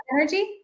Energy